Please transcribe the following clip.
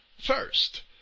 First